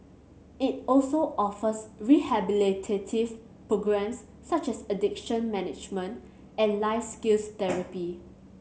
it also offers rehabilitative programmes such as addiction management and life skills therapy